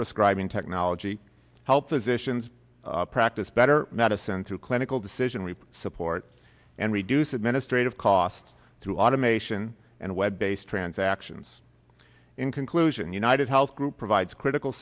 prescribe in technology help physicians practice better medicine through clinical decision reap support and reduce administrative costs through automation and web based transactions in conclusion united health group provides critical